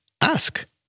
ask